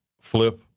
flip